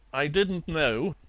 i didn't know,